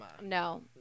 No